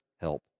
help